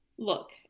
Look